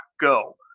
Go